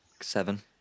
Seven